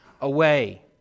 away